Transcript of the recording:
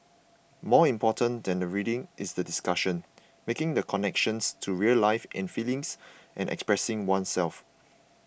more important than the reading is the discussion making the connections to real life and feelings and expressing oneself